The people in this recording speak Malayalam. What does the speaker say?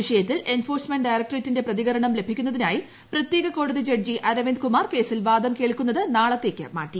വിഷയത്തിൽ എൻഫോഴ്സ്മെന്റ് ഡയറക്ടറ്റ്റ്റ്റിന്റ് പ്രതികരണം ലഭിക്കുന്നതിനായി പ്രത്യേക കോടത്തി ജ്സ്ജി അരവിന്ദ് കുമാർ കേസിൽ വാദം കേൾക്കുന്നത് നാള്ളിത്തേക്ക് മാറ്റി